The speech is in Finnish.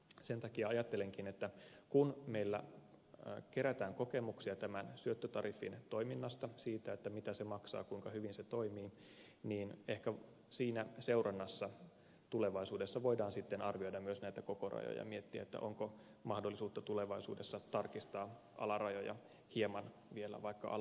sen takia ajattelenkin että kun meillä kerätään kokemuksia tämän syöttötariffin toiminnasta siitä mitä se maksaa kuinka hyvin se toimii niin ehkä siinä seurannassa tulevaisuudessa voidaan sitten arvioida myös näitä kokorajoja ja miettiä onko mahdollisuutta tulevaisuudessa tarkistaa alarajoja hieman vielä vaikka alaspäinkin